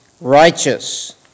righteous